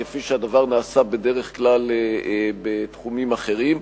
כפי שהדבר נעשה בדרך כלל בתחומים אחרים.